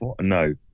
No